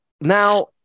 now